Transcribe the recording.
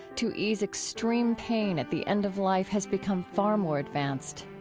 to ease extreme pain at the end of life, has become far more advanced.